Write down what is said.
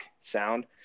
sound